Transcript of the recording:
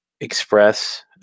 express